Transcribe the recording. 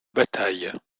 bataille